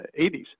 80s